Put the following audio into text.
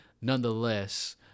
nonetheless